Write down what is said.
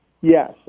Yes